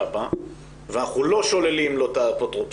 בה ואנחנו לא שוללים לו את האפוטרופסות,